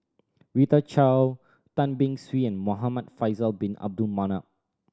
Rita Chao Tan Beng Swee and Muhamad Faisal Bin Abdul Manap